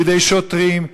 בידי שוטרים,